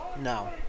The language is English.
No